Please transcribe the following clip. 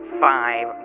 five